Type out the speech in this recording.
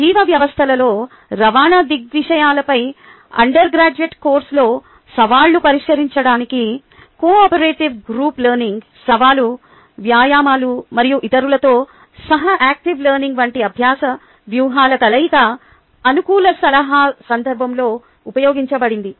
జీవ వ్యవస్థలలో రవాణా దృగ్విషయాలపై అండర్గ్రాడ్యుయేట్ కోర్ కోర్సులో సవాళ్లను పరిష్కరించడానికి కోఆపరేటివ్ గ్రూప్ లెర్నింగ్ సవాలు వ్యాయామాలు మరియు ఇతరులతో సహా యాక్టివ్ లెర్నింగ్ వంటి అభ్యాస వ్యూహాల కలయిక అనుకూల సలహా సందర్భంలో ఉపయోగించబడింది